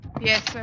Yes